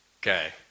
okay